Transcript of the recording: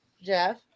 jeff